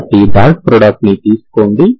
కాబట్టి dot product ని తీసుకోండి